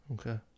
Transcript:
Okay